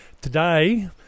today